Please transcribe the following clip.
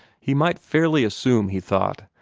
he might fairly assume, he thought,